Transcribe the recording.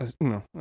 No